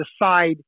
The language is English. decide